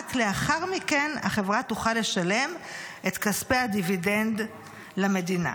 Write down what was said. ורק לאחר מכן החברה תוכל לשלם את כספי הדיבידנד למדינה.